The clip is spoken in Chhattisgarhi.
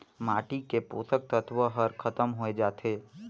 माटी के पोसक तत्व हर खतम होए जाथे